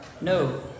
No